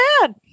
bad